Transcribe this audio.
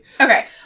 Okay